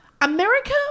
America